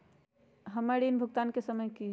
हमर ऋण भुगतान के समय कि होई?